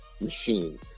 machine